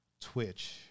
Twitch